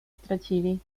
stracili